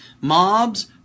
Mobs